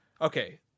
okay